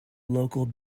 local